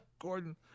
Gordon